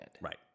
Right